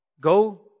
Go